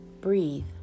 Breathe